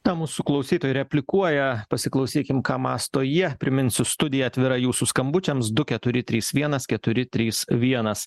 na mūsų klausytojai replikuoja pasiklausykim ką mąsto jie priminsiu studija atvira jūsų skambučiams du keturi trys vienas keturi trys vienas